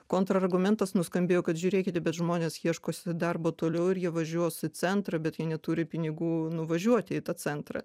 kontrargumentas nuskambėjo kad žiūrėkite bet žmonės ieškosi darbo toliau ir jie važiuos į centrą bet jie neturi pinigų nuvažiuoti į tą centrą